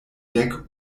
dek